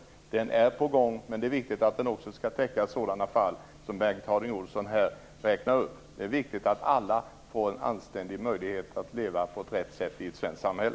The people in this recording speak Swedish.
Lagen är på gång, men det är viktigt att den också skall täcka sådana fall som Bengt Harding Olson här har beskrivit. Det är viktigt att alla får en anständig möjlighet att leva på rätt sätt i ett svenskt samhälle.